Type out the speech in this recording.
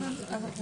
תודה.